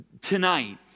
tonight